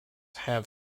have